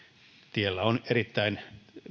tiellä on erittäin